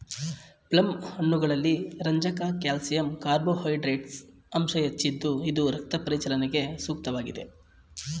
plum ಹಣ್ಣುಗಳಲ್ಲಿ ರಂಜಕ calcium carbohydrates ಅಂಶ ಹೆಚ್ಚಿದ್ದು ಇದು ರಕ್ತ ಪರಿಚಲನೆಗೆ ಸೂಕ್ತವಾಗಿದೆ